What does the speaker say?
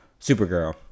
Supergirl